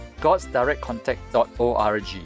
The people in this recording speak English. godsdirectcontact.org